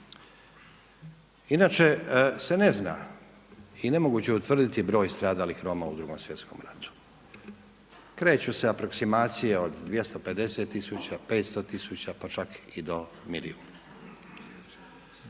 Inače se ne zna i nemoguće je utvrditi broj stradalih Roma u Drugom svjetskom ratu, kreću se aproksimacije od 250 tisuća, 500 tisuća pa čak i do milijun.